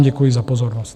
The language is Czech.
Děkuji vám za pozornost.